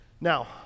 Now